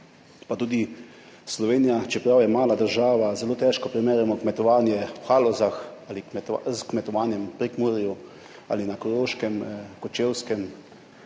pa tudi Slovenija, čeprav je mala država, zelo težko primerjamo kmetovanje v Halozah ali s kmetovanjem v Prekmurju ali na Koroškem, Kočevskem,